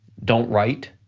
don't write,